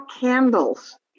candles